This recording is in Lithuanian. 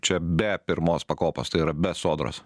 čia be pirmos pakopos tai yra be sodros